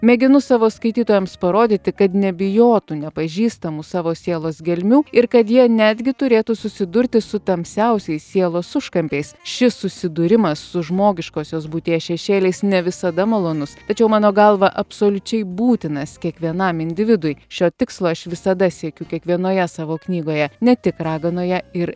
mėginu savo skaitytojams parodyti kad nebijotų nepažįstamų savo sielos gelmių ir kad jie netgi turėtų susidurti su tamsiausiais sielos užkampiais šis susidūrimas su žmogiškosios būties šešėliais ne visada malonus tačiau mano galva absoliučiai būtinas kiekvienam individui šio tikslo aš visada siekiu kiekvienoje savo knygoje ne tik raganoje ir